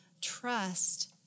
trust